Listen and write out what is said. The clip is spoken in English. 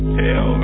hell